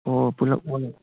ꯑꯣ ꯄꯨꯂꯞ ꯑꯣꯏꯅ